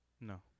No